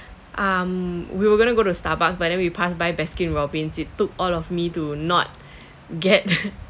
um we were gonna go to Starbucks but then we passed by Baskin Robbins it took all of me to not get